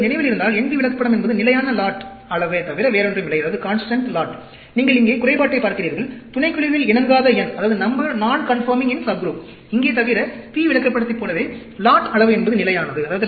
உங்களுக்கு நினைவில் இருந்தால் NP விளக்கப்படம் என்பது நிலையான லாட் அளவே தவிர வேறொன்றுமில்லை நீங்கள் இங்கே குறைபாட்டைப் பார்க்கிறீர்கள் துணைக்குழுவில் இணங்காத எண் இங்கே தவிர P விளக்கப்படத்தைப் போலவே லாட் அளவு என்பது நிலையானது